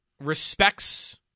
respects